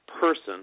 person